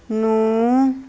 ਨੂੰ